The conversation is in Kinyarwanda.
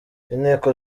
inteko